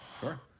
Sure